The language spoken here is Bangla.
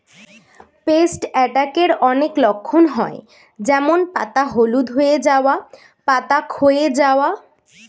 পেস্ট অ্যাটাকের অনেক লক্ষণ হয় যেমন পাতা হলুদ হয়ে যাওয়া, পাতা ক্ষয় যাওয়া